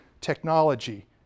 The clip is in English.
technology